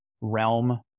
realm